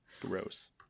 Gross